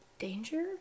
Danger